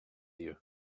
you